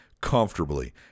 comfortably